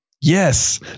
Yes